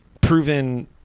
proven